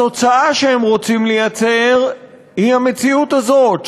התוצאה שהם רוצים ליצור היא המציאות הזאת,